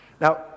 Now